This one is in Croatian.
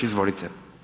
Izvolite.